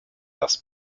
das